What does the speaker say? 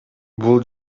бул